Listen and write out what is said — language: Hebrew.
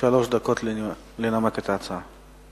שלוש דקות לנמק את ההצעה.